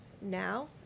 now